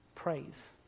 Praise